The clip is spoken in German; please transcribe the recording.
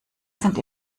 sind